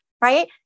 right